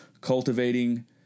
cultivating